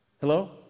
hello